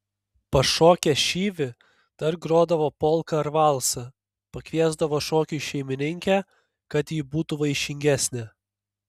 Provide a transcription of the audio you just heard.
pašokę šyvį dar grodavo polką ar valsą pakviesdavo šokiui šeimininkę kad ji būtų vaišingesnė